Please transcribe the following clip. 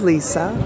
Lisa